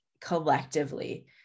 collectively